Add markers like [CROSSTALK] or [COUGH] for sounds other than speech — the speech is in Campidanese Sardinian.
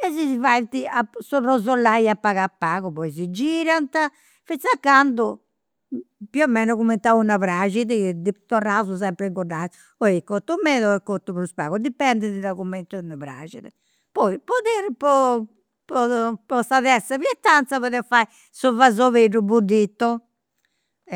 E si faint rosolai a pagu a pagu, poi si girant, finzas a candu [HESITATION] più o meno cumenti a una praxit, torraus sempri ingudanis. Poi cotu meda o cotu prus pagu, dipendit de cumenti a unu praxit. Poi [UNINTELLIGIBLE] po sa terza pietanza podeus fai su fasobeddu, [UNINTELLIGIBLE] si